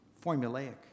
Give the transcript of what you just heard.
formulaic